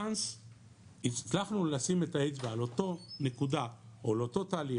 Once הצלחנו לשים את האצבע על אותה נקודה או על אותו תהליך,